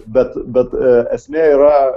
bet bet esmė yra